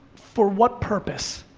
for what purpose?